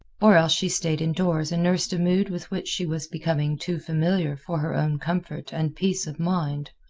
or else she stayed indoors and nursed a mood with which she was becoming too familiar for her own comfort and peace of mind.